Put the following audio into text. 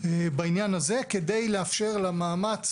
בעניין הזה כדי לאפשר למאמץ,